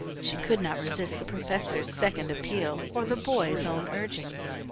she could not resist the professor's second appeal or the boys' own urging.